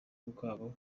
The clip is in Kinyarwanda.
bwabo